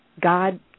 God